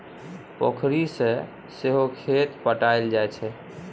पोखरि सँ सहो खेत पटाएल जाइ छै